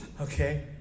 okay